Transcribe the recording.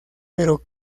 pero